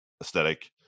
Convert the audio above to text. aesthetic